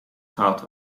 goud